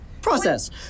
process